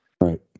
Right